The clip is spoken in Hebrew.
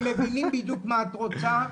הם מבינים בדיוק מה את רוצה,